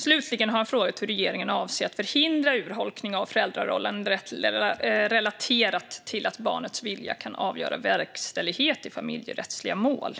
Slutligen har han frågat hur regeringen avser att förhindra urholkning av föräldrarollen relaterat till att barnets vilja kan avgöra verkställighet i familjerättsliga mål.